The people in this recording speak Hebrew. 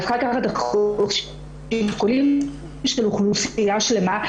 את צריכה לקחת שיקולים של אוכלוסייה שלמה,